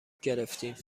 گرفتیم